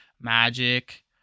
Magic